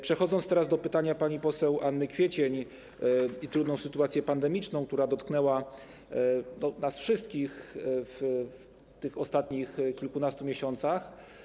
Przechodzę do pytania pani poseł Anny Kwiecień o trudną sytuację pandemiczną, która dotknęła nas wszystkich w tych ostatnich kilkunastu miesiącach.